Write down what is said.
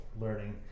learning